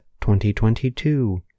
2022